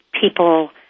people